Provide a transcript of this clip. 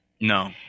No